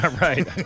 Right